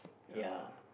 ya lah